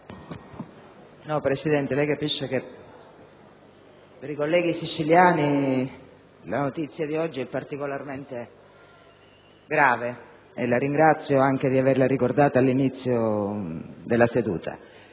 Presidente, per i colleghi siciliani la notizia di oggi è particolarmente grave e la ringrazio di averla ricordata all'inizio della seduta.